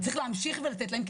צריך להמשיך לתת להם,